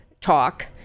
talk